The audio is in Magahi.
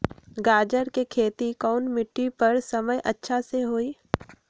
गाजर के खेती कौन मिट्टी पर समय अच्छा से होई?